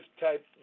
type